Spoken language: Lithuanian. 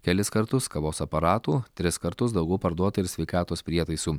kelis kartus kavos aparatų tris kartus daugiau parduota ir sveikatos prietaisų